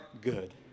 good